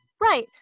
Right